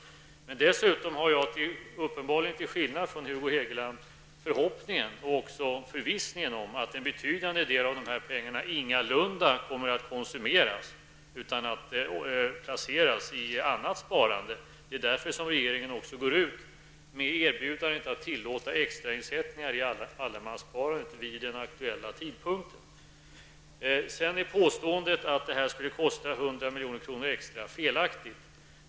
Dessutom har jag, uppenbarligen till skillnad från Hugo Hegeland, förhoppningen och förvissningen om att en betydande del av dessa pengar ingalunda kommer att konsumeras utan placeras i annat sparande. Därför går regeringen också ut med erbjudandet att tillåta extrainsättningar i Påståendet att återbetalningen skulle kosta 100 milj.kr. extra är felaktigt.